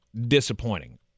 disappointing